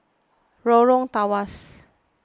Lorong Tawas